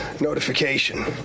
notification